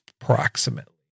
approximately